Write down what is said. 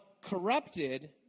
corrupted